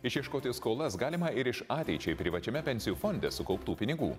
išieškoti skolas galima ir iš ateičiai privačiame pensijų fonde sukauptų pinigų